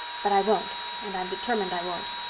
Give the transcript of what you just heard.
but i won't. and i'm determined i won't.